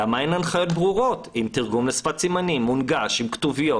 למה אין הנחיות ברורות עם תרגום מונגש לשפת סימנים עם כתוביות.